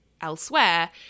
elsewhere